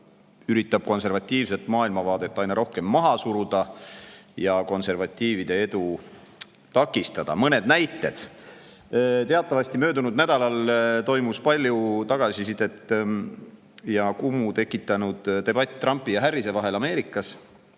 üritab konservatiivset maailmavaadet aina rohkem maha suruda ja konservatiivide edu takistada. Mõned näited. Teatavasti möödunud nädalal toimus palju tagasisidet ja kumu tekitanud debatt Trumpi ja Harrise vahel Ameerikas.